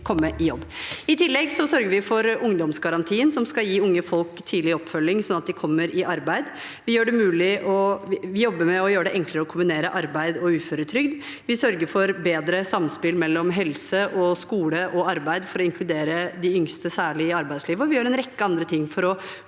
I tillegg sørger vi for ungdomsgarantien, som skal gi unge folk tidlig oppfølging, sånn at de kommer i arbeid. Vi jobber med å gjøre det enklere å kombinere arbeid og uføretrygd. Vi sørger for bedre samspill mellom helse, skole og arbeid, for å inkludere de yngste, særlig i arbeidslivet. Og vi gjør en rekke andre ting for å få